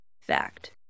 fact